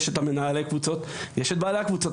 יש את מנהלי הקבוצות, יש את בעלי הקבוצות.